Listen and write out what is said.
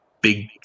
big